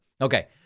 Okay